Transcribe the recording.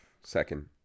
second